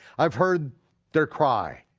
i've heard their cry,